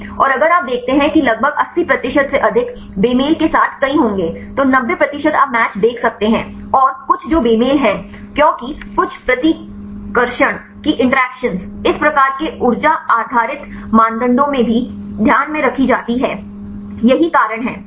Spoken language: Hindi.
और अगर आप देखते हैं कि लगभग 80 प्रतिशत से अधिक बेमेल के साथ कई होंगे तो 90 प्रतिशत आप मैच देख सकते हैं और कुछ जो बेमेल हैं क्योंकि कुछ प्रतिकर्षण की इंटरेक्शन्स इस प्रकार के ऊर्जा आधारित मानदंडों में भी ध्यान में रखी जाती है यही कारण है